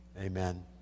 Amen